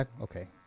okay